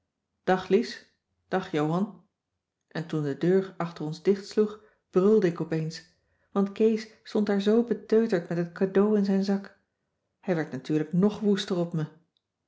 dag lies dag johan en toen de deur achter ons dichtsloeg brulde ik op eens want kees stond daar zoo beteuterd met het cadeau in zijn zak hij werd natuurlijk nog woester op me